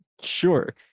sure